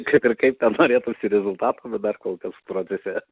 kad ir kaip ten norėtųsi rezultatų bet dar kol kas procese